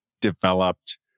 developed